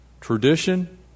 Tradition